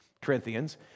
Corinthians